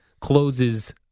closes